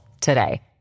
today